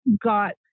got